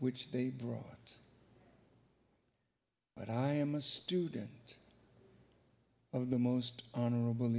which they brought but i am a student of the most honorable